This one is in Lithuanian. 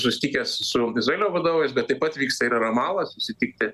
susitikęs su izraelio vadovais bet taip pat vyksta ir į ramalą susitikti